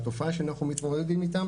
בתופעה שאנחנו מתמודדים איתה,